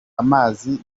amazi